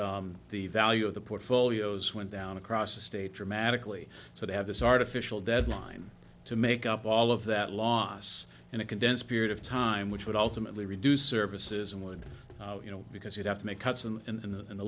the value of the portfolios went down across the state dramatically so they have this artificial deadline to make up all of that loss in a condensed period of time which would ultimately reduce services and would you know because you'd have to make cuts in